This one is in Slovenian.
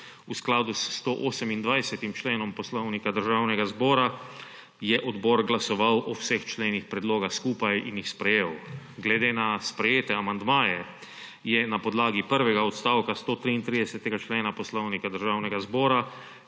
V skladu s 128. členom Poslovnika Državnega zbora je odbor glasoval o vseh členih predloga skupaj in jih sprejel. Glede na sprejete amandmaje je na podlagi prvega odstavka 133. člena Poslovnika Državnega zbora